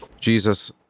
Jesus